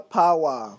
power